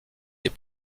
des